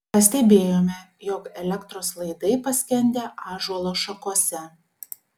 pastebėjome jog elektros laidai paskendę ąžuolo šakose